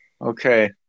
Okay